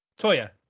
Toya